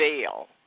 veil